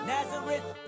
Nazareth